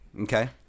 Okay